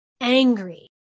angry